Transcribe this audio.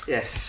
Yes